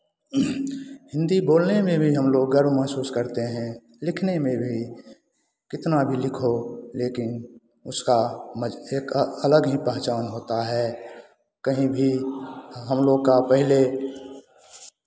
हिन्दी बोलने में भी हम लोग गर्व महसूस करते हैं लिखने में भी कितना भी लिखो लेकिन उसका एक अलग ही पहचान होता है कहीं भी हम लोग का पहले